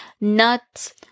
nuts